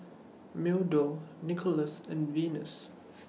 Meadow Nikolas and Venus